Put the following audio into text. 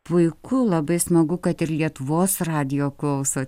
puiku labai smagu kad ir lietuvos radijo klausotės